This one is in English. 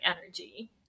energy